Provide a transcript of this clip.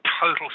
total